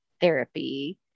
therapy